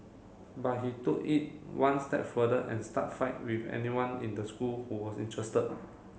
but he took it one step further and start fight with anyone in the school who was interested